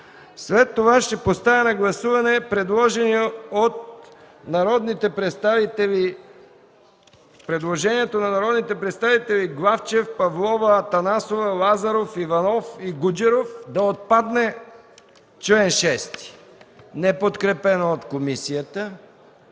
се приема. Поставям на гласуване предложението на народните представители Главчев, Павлова, Атанасова, Лазаров, Иванов и Гуджеров – да отпадне чл. 6. Предложението не е подкрепено от комисията.